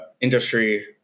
industry